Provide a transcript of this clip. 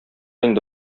инде